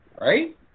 Right